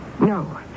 No